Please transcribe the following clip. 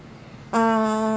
uh